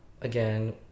again